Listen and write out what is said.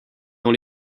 dans